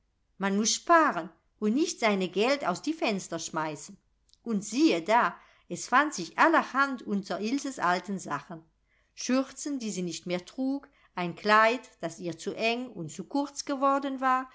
man muß sparen und nicht seine geld aus die fenster schmeißen und siehe da es fand sich allerhand unter ilses alten sachen schürzen die sie nicht mehr trug ein kleid das ihr zu eng und zu kurz geworden war